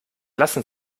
lassen